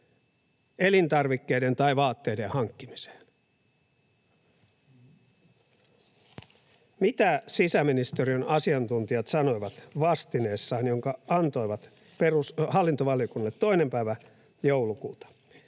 elintarvikkeiden tai vaatteiden hankkimiseen. Mitä sisäministeriön asiantuntijat sanoivat vastineessaan, jonka antoivat hallintovaliokunnalle 2. päivä joulukuuta?